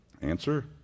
answer